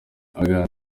aganira